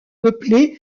peuplée